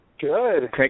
Good